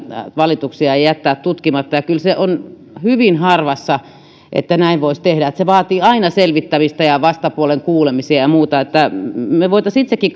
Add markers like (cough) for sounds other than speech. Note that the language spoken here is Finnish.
valituksia jättää tutkimatta ja kyllä se on hyvin harvassa että näin voisi tehdä se vaatii aina selvittämistä ja vastapuolen kuulemisia ja muuta me voisimme itsekin (unintelligible)